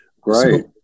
Great